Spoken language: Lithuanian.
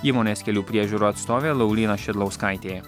įmonės kelių priežiūra atstovė lauryna šidlauskaitė